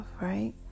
right